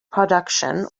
production